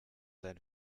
sein